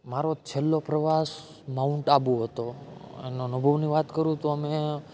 મારો છેલ્લો પ્રવાસ માઉન્ટ આબુ હતો એના અનુભવની વાત કરું તો અમે